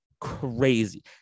crazy